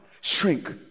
shrink